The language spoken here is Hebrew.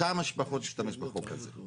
כמה שפחות להשתמש בחוק הזה.